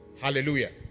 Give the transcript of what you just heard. Hallelujah